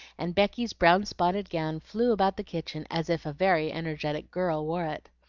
and becky's brown-spotted gown flew about the kitchen as if a very energetic girl wore it.